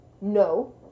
No